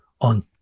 on